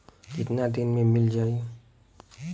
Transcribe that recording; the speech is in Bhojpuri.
कितना दिन में मील जाई?